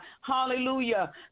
Hallelujah